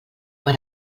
per